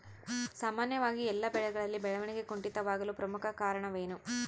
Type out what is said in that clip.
ಸಾಮಾನ್ಯವಾಗಿ ಎಲ್ಲ ಬೆಳೆಗಳಲ್ಲಿ ಬೆಳವಣಿಗೆ ಕುಂಠಿತವಾಗಲು ಪ್ರಮುಖ ಕಾರಣವೇನು?